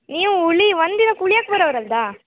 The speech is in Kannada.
ನೀವು ಉಳಿ ಒಂದಿನಕ್ಕೆ ಉಳಿಯಕ್ಕೆ ಬರೋವ್ರು ಅಲ್ದಾ